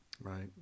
Right